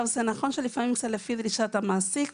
זה נכון שלפעמים זה לפי דרישת המעסיק,